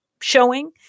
showing